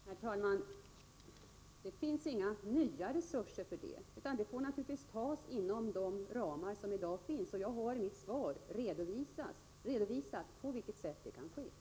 Herr talman! Det finns inga nya resurser för det. De får naturligtvis tas inom de ramar som i dag finns. Jag har i mitt svar redovisat på vilket sätt det kan ske.